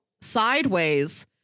sideways